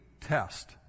test